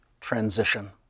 transition